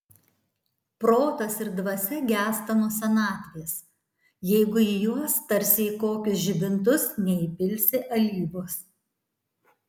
protas ir dvasia gęsta nuo senatvės jeigu į juos tarsi į kokius žibintus neįpilsi alyvos